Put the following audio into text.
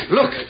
Look